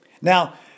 Now